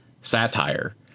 satire